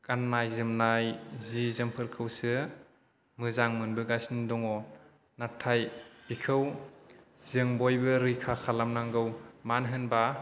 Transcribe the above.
गाननाय जोमनाय जि जोमफोरखौसो मोजां मोनबोगासिनो दङ नाथाय बिखौ जों बयबो रैखा खालामनांगौ मानो होनबा